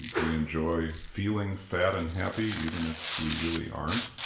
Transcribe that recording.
we enjoy feeling fat and happy even if we really aren't?